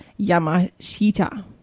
Yamashita